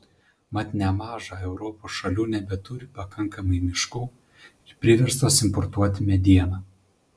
mat nemaža europos šalių nebeturi pakankamai miškų ir priverstos importuoti medieną